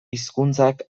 hizkuntzak